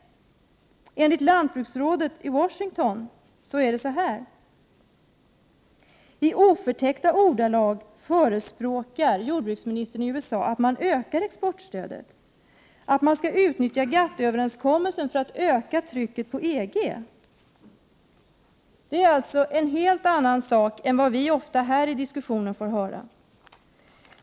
Enligt lantbruksrådet i Washington förespråkar USA:s jordbruksminister i oförtäckta ordalag att man skall öka exportstödet, att man skall utnyttja GATT-överenskommelsen för att öka trycket på EG. Det är alltså något helt annat än vad vi här i diskussionen ofta får höra.